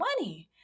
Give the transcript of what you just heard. money